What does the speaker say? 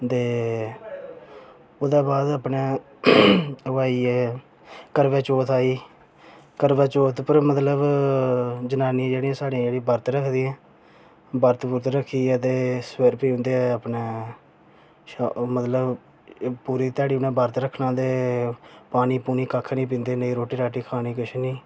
ते ओह्दे बाद अपने ओह् आई गे करवाचौथ आई गेई करवाचौथ पर मतलब जनानी जेह्ड़ी स्हाड़ी जेह्ड़ी बरत रखदी ऐ बरत बुर्त रक्खियै ते फिर उन्दे अपने शा मतलब पूरी ध्याड़ी उन्नै बरत रक्खना ते पानी पूनी कक्ख नी पींदे नेईं रोटी राटी खानी किश नी